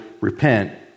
repent